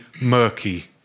murky